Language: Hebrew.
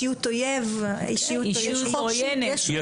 ישות עוינת.